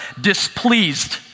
displeased